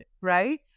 right